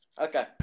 Okay